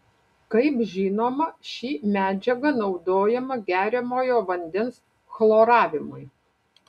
kaip žinoma ši medžiaga naudojama geriamojo vandens chloravimui